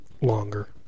longer